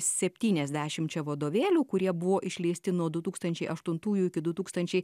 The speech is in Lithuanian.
septyniasdešimčia vadovėlių kurie buvo išleisti nuo du tūkstančiai aštuntųjų iki du tūkstančiai